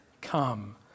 come